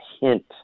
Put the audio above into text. hint